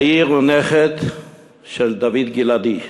יאיר הוא נכד של דוד גלעדי.